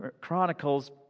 Chronicles